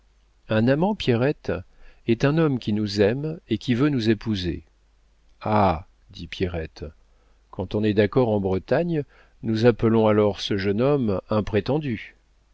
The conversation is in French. un amant pierrette est un homme qui nous aime et qui veut nous épouser ah dit pierrette quand on est d'accord en bretagne nous appelons alors ce jeune homme un prétendu